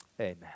Amen